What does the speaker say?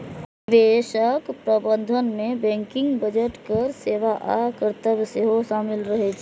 निवेश प्रबंधन मे बैंकिंग, बजट, कर सेवा आ कर्तव्य सेहो शामिल रहे छै